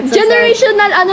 generational